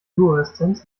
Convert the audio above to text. fluoreszenz